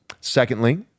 Secondly